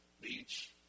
Beach